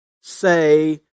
say